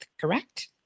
Correct